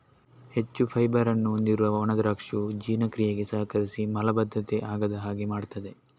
ಹೆಚ್ಚು ಫೈಬರ್ ಅನ್ನು ಹೊಂದಿರುವ ಒಣ ದ್ರಾಕ್ಷಿಯು ಜೀರ್ಣಕ್ರಿಯೆಗೆ ಸಹಕರಿಸಿ ಮಲಬದ್ಧತೆ ಆಗದ ಹಾಗೆ ಮಾಡ್ತದೆ